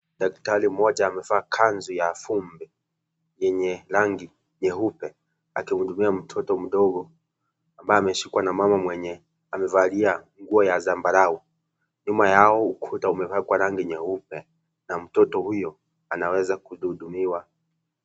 Daktari mmoja amevaa kanzu ya vumbi, yenye rangi nyeupe akihudumia mtoto mdogo ambaye ameshikwa na mama mwenye amevalia nguo ya zambarau, nyuma yao ukuta umepakwa rangi nyeupe na mtoto huyo anaweza kuhudumiwa.